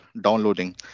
downloading